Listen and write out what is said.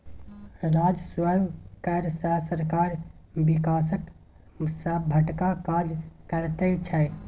राजस्व कर सँ सरकार बिकासक सभटा काज करैत छै